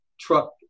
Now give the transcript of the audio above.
truck